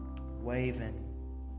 waving